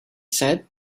said